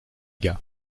gars